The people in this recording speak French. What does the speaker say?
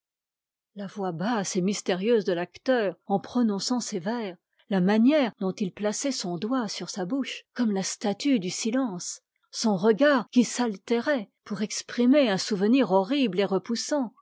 la voix basse et mystérieuse de l'acteur en prononçant ces vers ja manière dont il plaçait son doigt sur sa bouche comme la statue du silence son regard qui s'altérait pour exprimer un souvenir horrible et repoussant